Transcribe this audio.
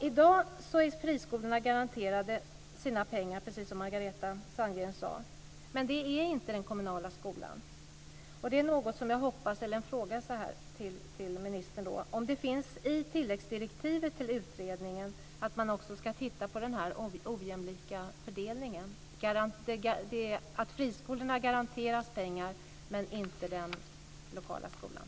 I dag är friskolorna garanterade sina pengar precis som Margareta Sandgren sade. Men det är inte den kommunala skolan. Då har jag en fråga till ministern: Finns det med i tilläggsdirektivet till utredningen att man också ska titta på den här ojämlika fördelningen, alltså att friskolorna garanteras pengar men inte de lokala skolorna?